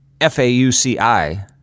F-A-U-C-I